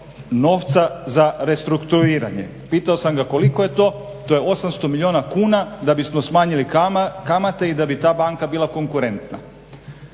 novca za restrukturiranje. Pitao sam ga koliko je to, to je 800 milijuna kuna da bismo smanjili kamate i da bi ta banka bila konkurentna.